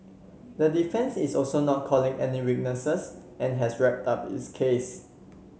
the defence is also not calling any witnesses and has wrapped up its case